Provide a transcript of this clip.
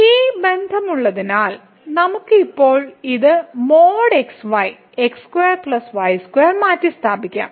ഈ ബന്ധം ഉള്ളതിനാൽ നമുക്ക് ഇപ്പോൾ ഇത് |xy| മാറ്റിസ്ഥാപിക്കാം